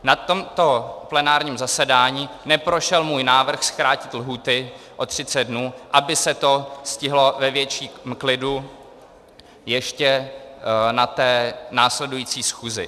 Na tomto plenárním zasedání neprošel můj návrh zkrátit lhůty o 30 dnů, aby se to stihlo ve větším klidu ještě na té následující schůzi.